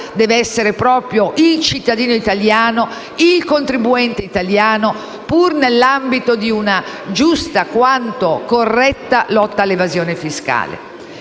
deve essere proprio il cittadino italiano, il contribuente italiano, pur nell'ambito di una giusta quanto corretta lotta all'evasione fiscale.